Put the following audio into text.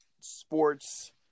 sports –